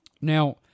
Now